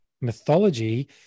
mythology